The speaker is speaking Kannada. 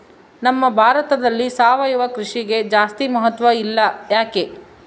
ನಮ್ಮ ಭಾರತದಲ್ಲಿ ಸಾವಯವ ಕೃಷಿಗೆ ಜಾಸ್ತಿ ಮಹತ್ವ ಇಲ್ಲ ಯಾಕೆ?